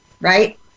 right